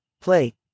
Play